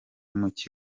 muke